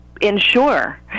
ensure